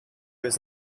was